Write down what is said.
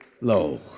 low